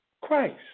Christ